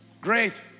Great